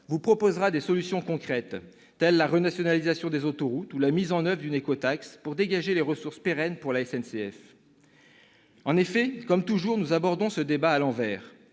vous proposera des solutions concrètes, telle la renationalisation des autoroutes ou la mise en oeuvre d'une écotaxe afin de dégager des ressources pérennes pour la SNCF. En effet, comme toujours, nous abordons ce débat à l'envers.